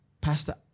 Pastor